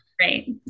Right